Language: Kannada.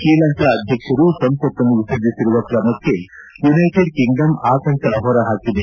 ಶ್ರೀಲಂಕಾ ಅಧ್ಯಕ್ಷರು ಸಂಸತ್ತನ್ನು ವಿಸರ್ಜಿಸಿರುವ ಕ್ರಮಕ್ಕೆ ಯುನೈಟೆಡ್ ಕಿಂಗಡಮ್ ಆತಂಕ ಹೊರ ಹಾಕಿದೆ